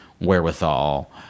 wherewithal